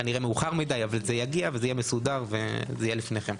כנראה מאוחר מדי אבל זה יגיע וזה יהיה מסודר וזה יהיה לפניכם,